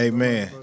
Amen